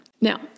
Now